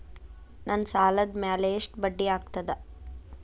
ನನ್ನ ಸಾಲದ್ ಮ್ಯಾಲೆ ಎಷ್ಟ ಬಡ್ಡಿ ಆಗ್ತದ?